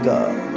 God